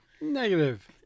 Negative